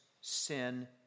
sin